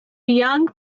young